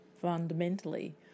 fundamentally